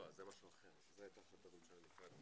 לא, זה משהו אחר, זו הייתה החלטת ממשלה נפרדת.